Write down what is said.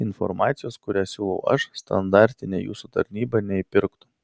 informacijos kurią siūlau aš standartinė jūsų tarnyba neįpirktų